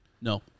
No